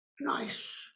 nice